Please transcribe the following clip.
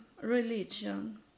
religion